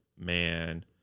man